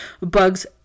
bugs